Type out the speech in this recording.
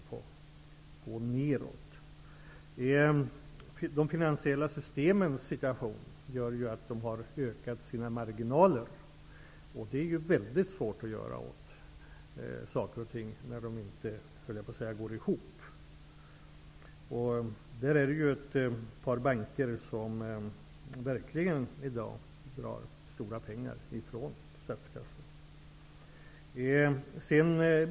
Situationen beträffande de finansiella systemen gör att marginalerna har ökat, och det är väldigt svårt att göra något åt saker och ting när det hela -- skulle jag vilja säga -- inte går ihop. Ett par banker drar i dag verkligen stora pengar från statskassan.